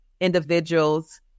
individuals